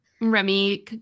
Remy